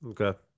Okay